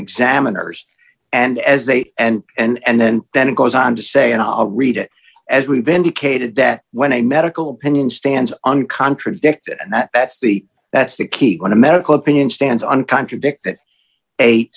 examiners and as they and and then then it goes on to say and i read it as we've indicated that when a medical opinion stands on contradict it and that that's the that's the key on a medical opinion stands on contradict that